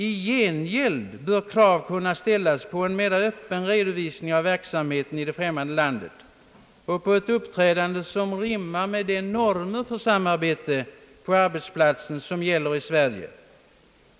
I gengäld bör krav kunna ställas på en mera öppen redovisning av verksamheten i det främmande landet och på ett uppträdande, som rimmar med de normer för samarbete på arbetsplatsen som gäller i Sverige.